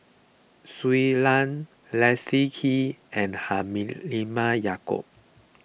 Shui Lan Leslie Kee and Halimah Yacob